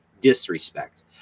disrespect